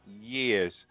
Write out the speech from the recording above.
years